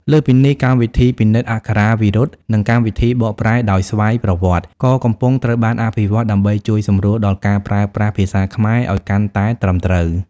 លើសពីនេះ កម្មវិធីពិនិត្យអក្ខរាវិរុទ្ធ និងកម្មវិធីបកប្រែដោយស្វ័យប្រវត្តិ ក៏កំពុងត្រូវបានអភិវឌ្ឍដើម្បីជួយសម្រួលដល់ការប្រើប្រាស់ ភាសាខ្មែរឱ្យកាន់តែត្រឹមត្រូវ។